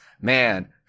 Man